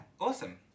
awesome